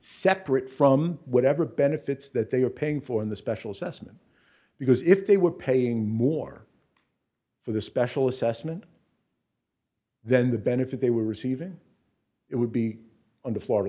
separate from whatever benefits that they were paying for in the special session because if they were paying more for the special assessment then the benefit they were receiving it would be under florida